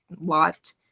lot